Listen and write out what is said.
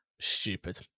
Stupid